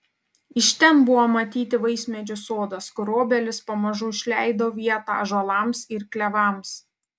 iš ten buvo matyti vaismedžių sodas kur obelys pamažu užleido vietą ąžuolams ir klevams